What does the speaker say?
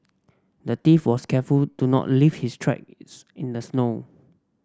the thief was careful to not leave his tracks in the snow